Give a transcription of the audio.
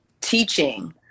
Teaching